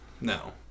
No